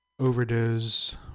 Overdose